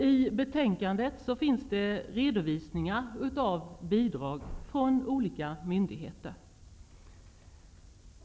I betänkandet finns redovisningar av bidrag från olika myndigheter.